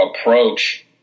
approach